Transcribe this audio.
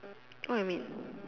what you mean